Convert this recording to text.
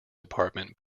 department